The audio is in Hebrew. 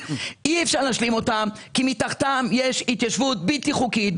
אי אפשר להשלים אותם כי מתחתם יש התיישבות בלתי חוקית,